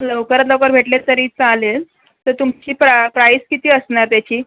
लवकरात लवकर भेटले आहेत तरी चालेल तर तुमची प्रा प्राईज किती असणार त्याची